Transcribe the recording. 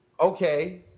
okay